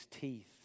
teeth